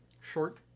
Short